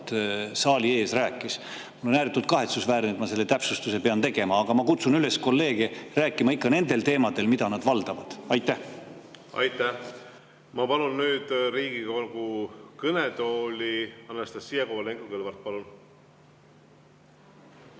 saali ees rääkis. On ääretult kahetsusväärne, et ma selle täpsustuse pean tegema. Aga ma kutsun kolleege üles rääkima ikka nendel teemadel, mida nad valdavad. Aitäh! Ma palun nüüd Riigikogu kõnetooli Anastassia Kovalenko-Kõlvarti. Palun!